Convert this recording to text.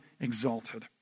exalted